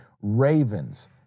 Ravens